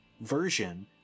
version